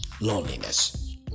loneliness